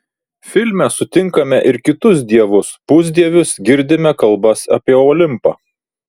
filme sutinkame ir kitus dievus pusdievius girdime kalbas apie olimpą